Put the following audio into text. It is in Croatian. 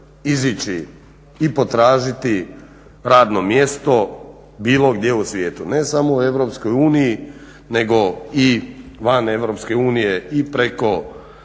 izaći i potražiti radno mjesto bilo gdje u svijetu, ne samo u EU nego i van EU i preko